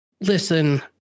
listen